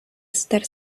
estar